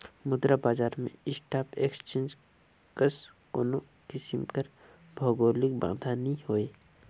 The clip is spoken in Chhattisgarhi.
मुद्रा बजार में स्टाक एक्सचेंज कस कोनो किसिम कर भौगौलिक बांधा नी होए